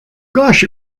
gosh